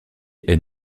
elle